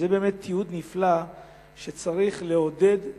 זה באמת תיעוד נפלא שצריך לעודד,